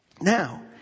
Now